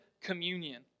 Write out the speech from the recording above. communion